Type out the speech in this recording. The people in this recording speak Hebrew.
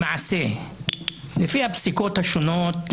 לפי הפסיקות השונות,